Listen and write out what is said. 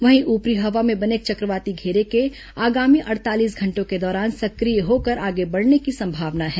वहीं ऊपरी हवा में बने एक चक्रवाती घेरा के आगामी अड़तालीस घंटों के दौरान सक्रिय होकर आगे बढ़ने की संभावना है